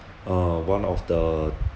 uh one of the